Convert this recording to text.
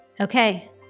Okay